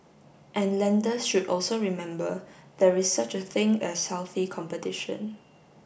and lenders should also remember there is such a thing as healthy competition